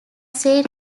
say